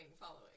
following